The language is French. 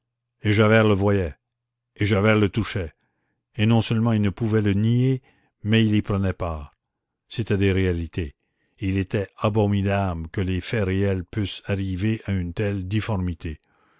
et javert le voyait et javert le touchait et non seulement il ne pouvait le nier mais il y prenait part c'étaient des réalités il était abominable que les faits réels pussent arriver à une telle difformité